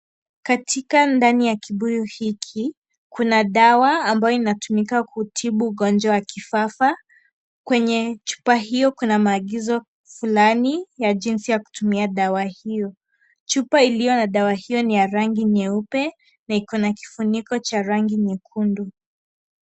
Katika ndani ya kibuyu hiki, kuna dawa ambayo inatumika kutibu ugonjwa wa kifaa. Kwenye chupa hiyo, kuna maagizo fulani ya jinsi ya kutumia dawa hiyo. Chupa iliyo na dawa hiyo ni ya rangi nyeupe na iko na kifuniko cha rangi nyekundu.